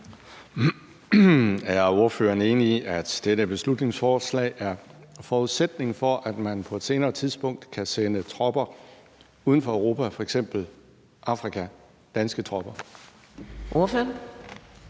Er ordføreren enig i, at dette beslutningsforslag er forudsætningen for, at man på et senere tidspunkt kan sende danske tropper uden for Europa, f.eks. til Afrika? Kl. 18:45 Fjerde